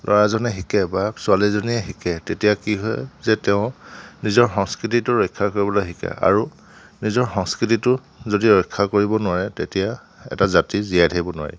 ল'ৰাজনে শিকে বা ছোৱালীজনীয়ে শিকে তেতিয়া কি হয় যে তেওঁ নিজৰ সংস্কৃতিটো ৰক্ষা কৰিবলৈ শিকে আৰু নিজৰ সংস্কৃতিটো যদি ৰক্ষা কৰিব নোৱাৰে তেতিয়া এটা জাতি জীয়াই থাকিব নোৱাৰে